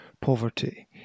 poverty